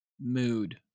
mood